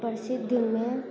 प्रसिद्धमे